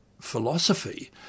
philosophy